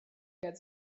get